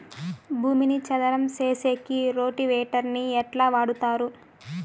భూమిని చదరం సేసేకి రోటివేటర్ ని ఎట్లా వాడుతారు?